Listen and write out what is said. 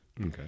Okay